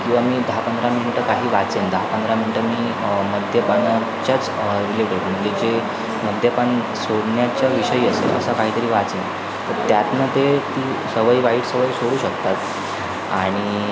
किंवा मी दहा पंधरा मिनटं काही वाचेन दहा पंधरा मिनटं मी मद्यपानाच्याच रिलेटेड म्हणजे जे मद्यपान सोडण्याच्या विषयी असेल असं काहीतरी वाचेन तर त्यातून ते ती सवय वाईट सवय सोडू शकतात आणि